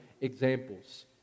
examples